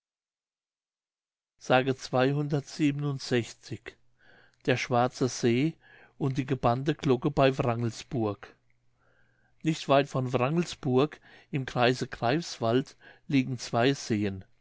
der schwarze see und die gebannte glocke bei wrangelsburg nicht weit von wrangelsburg im kreise greifswald liegen zwei seen